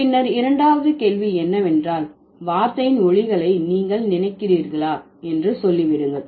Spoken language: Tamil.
பின்னர் இரண்டாவது கேள்வி என்னவென்றால் வார்த்தையின் ஒலிகளை நீங்கள் நினைக்கிறீர்களா என்று சொல்லிவிடுங்கள்